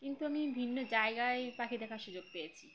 কিন্তু আমি ভিন্ন জায়গায় পাখি দেখার সুযোগ পেয়েছি